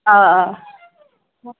آ آ